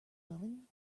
willing